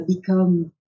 become